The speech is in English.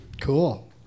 Cool